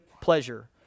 pleasure